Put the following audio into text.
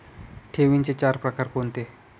ठेवींचे चार प्रकार कोणते?